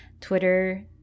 twitter